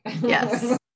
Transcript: Yes